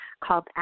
called